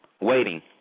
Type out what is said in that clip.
waiting